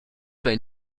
vein